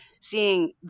seeing